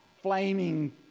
flaming